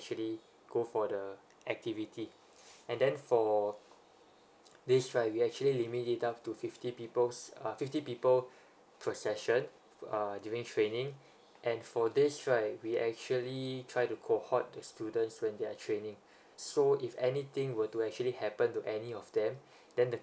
actually go for the activity and then for this right we actually limit it up to fifty people's uh fifty people per session uh during training and for this right we actually try to cohort the students when they are training so if anything were to actually happen to any of them then the